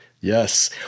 Yes